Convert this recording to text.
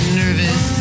nervous